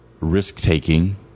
risk-taking